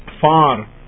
far